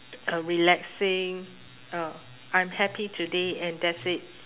a relaxing uh I am happy today and that's it